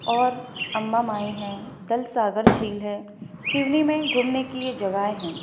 और अंबा माई हैं दल सागर झील है सिवनी में घूमने की ये जगहें हैं